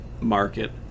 market